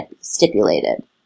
stipulated